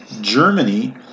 Germany